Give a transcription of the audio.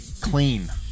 clean